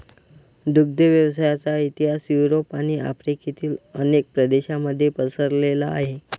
दुग्ध व्यवसायाचा इतिहास युरोप आणि आफ्रिकेतील अनेक प्रदेशांमध्ये पसरलेला आहे